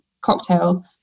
cocktail